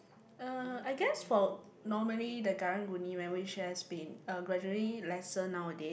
uh I guess for normally the karang-guni man which has been uh gradually lesser nowadays